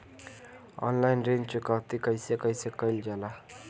Online ऋण चुकौती कइसे कइसे कइल जाला?